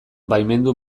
baimendu